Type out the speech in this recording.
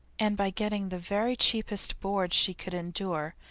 and by getting the very cheapest board she could endure,